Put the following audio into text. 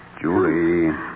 Julie